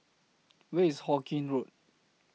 Where IS Hawkinge Road